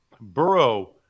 Burrow